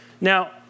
Now